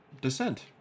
descent